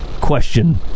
question